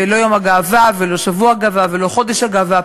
ולא יום הגאווה ולא שבוע גאווה ולא חודש הגאווה,